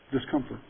Discomfort